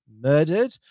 murdered